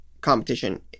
competition